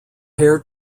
hair